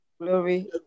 Glory